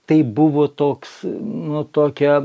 taip buvo toks na tokia